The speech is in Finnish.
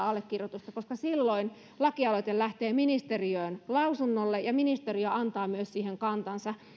allekirjoitusta koska silloin lakialoite lähtee ministeriöön lausunnolle ja ministeriö antaa myös siihen kantansa